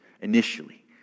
initially